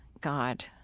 God